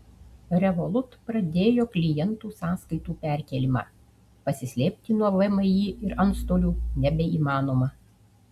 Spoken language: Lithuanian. revolut pradėjo klientų sąskaitų perkėlimą pasislėpti nuo vmi ir antstolių nebeįmanoma